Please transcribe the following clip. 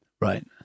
Right